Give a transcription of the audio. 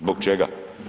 Zbog čega?